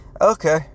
okay